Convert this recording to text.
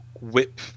whip